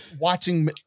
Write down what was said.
Watching